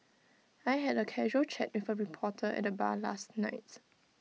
I had A casual chat with A reporter at the bar last night